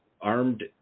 armed